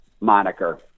moniker